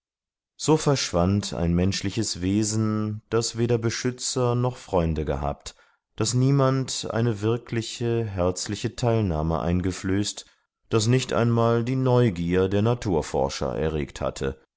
so verschwand ein menschliches wesen das weder beschützer noch freunde gehabt das niemand eine wirkliche herzliche teilnahme eingeflößt das nicht einmal die neugier der naturforscher erregt hatte